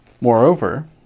Moreover